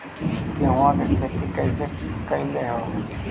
गेहूआ के खेती कैसे कैलहो हे?